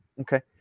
Okay